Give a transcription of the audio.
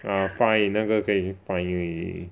ah fine 那个可以 fine 而已